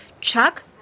Chuck